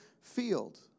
field